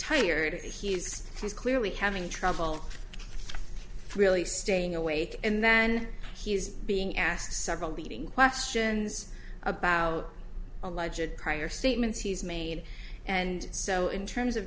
tired he's clearly having trouble really staying awake and then he's being asked several leading questions about a legit prior statements he's made and so in terms of